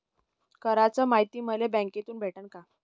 कराच मायती मले बँकेतून भेटन का?